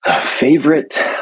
Favorite